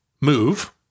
move